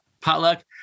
potluck